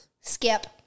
Skip